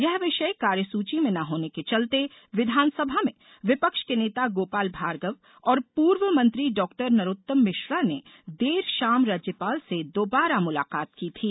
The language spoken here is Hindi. यह विषय कार्यसुची में न होने के चलते विधानसभा में विपक्ष के नेता गोपाल भार्गव और पूर्व मंत्री डॉक्टर नरोत्तम मिश्रा ने देर शाम राज्यपाल से दोबारा मुलाकात की थी